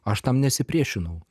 aš tam nesipriešinau